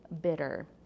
bitter